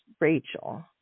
Rachel